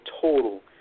total